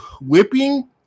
whipping